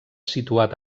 situat